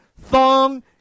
thong